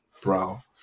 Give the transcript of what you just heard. bro